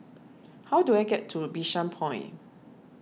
how do I get to Bishan Point